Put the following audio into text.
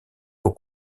aux